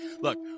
Look